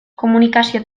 komunikazio